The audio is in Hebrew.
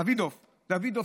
דוידוביץ',